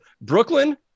Brooklyn